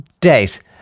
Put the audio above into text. days